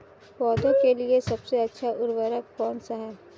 पौधों के लिए सबसे अच्छा उर्वरक कौनसा हैं?